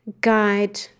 guide